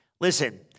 Listen